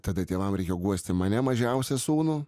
tada tėvam reikėjo guosti mane mažiausią sūnų